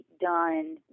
done